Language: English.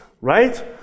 right